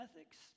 ethics